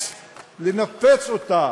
לנפץ אותה,